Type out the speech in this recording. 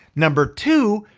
number two,